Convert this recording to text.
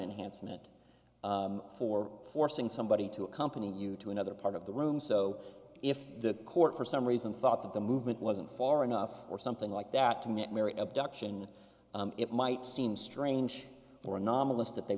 enhanced meant for forcing somebody to accompany you to another part of the room so if the court for some reason thought that the movement wasn't far enough or something like that to meet mary abduction it might seem strange or anomalous that they